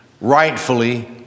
rightfully